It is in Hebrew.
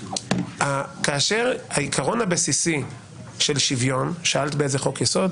כאשר העיקרון הבסיסי של שוויון שאלת באיזה חוק-יסוד,